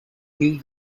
new